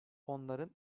onların